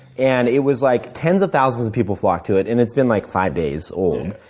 and it was like tens of thousands of people flocked to it, and it's been like five days old.